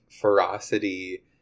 ferocity